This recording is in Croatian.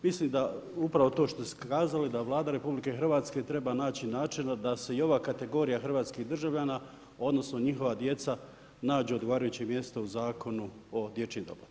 Mislim da upravo to što ste kazali da Vlada RH treba naći načina da se i ova kategorija hrvatskih državljana, odnosno njihova djeca nađu odgovarajuće mjesto u Zakonu o dječjem doplatku.